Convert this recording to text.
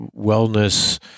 wellness